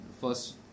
first